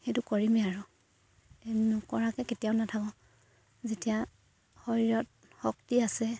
সেইটো কৰিমেই আৰু নকৰাকে কেতিয়াও নাথাকো যেতিয়া শৰীৰত শক্তি আছে